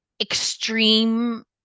extreme